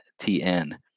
TN